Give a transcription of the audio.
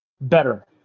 better